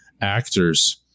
actors